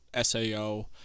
SAO